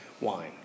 wine